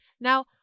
Now